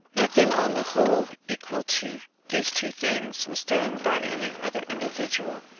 nothing, on the whole equal to these two things, was done by any other individual,